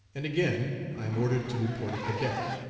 and again, i am ordered to report a cadet.